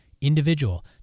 individual